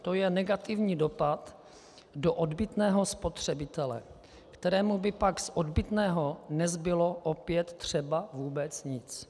To je negativní dopad do odbytného spotřebitele, kterému by pak z odbytného nezbylo opět třeba vůbec nic.